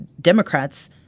Democrats